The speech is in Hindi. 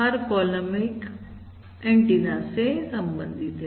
हर कॉलम एक एंटीना से संबंधित है